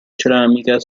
ceramica